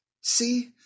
See